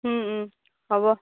হ'ব